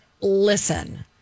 listen